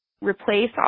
replace